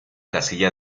casilla